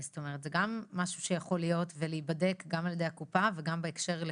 זה גם משהו שיכול להיות ולהיבדק גם על ידי הקופה וגם בהקשר של